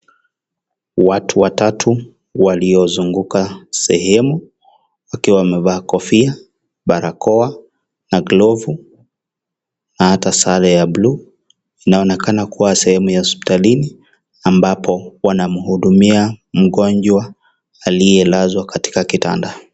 Watu watatu waliozunguka sehemu wakiwa wamevalia kofia, barakoa, glavu na hata sare ya buluu inaonekana kuwa sehemu ya hospitalini ambapo wanamhudumia mgonjwa aliyelazwa katika kitanda.